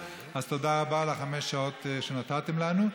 אז תודה רבה על חמש השעות שנתתם לנו.